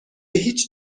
هیچ